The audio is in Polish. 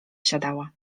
wsiadała